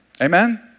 amen